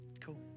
Cool